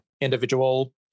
individual